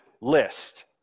list